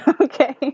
Okay